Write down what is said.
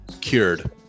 cured